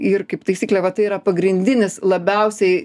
ir kaip taisyklė va tai yra pagrindinis labiausiai na nė